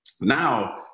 now